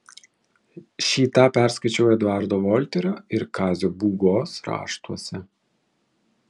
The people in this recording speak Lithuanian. šį tą perskaičiau eduardo volterio ir kazio būgos raštuose